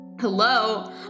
Hello